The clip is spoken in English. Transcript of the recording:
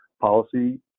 policy